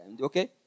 Okay